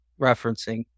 referencing